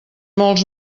molts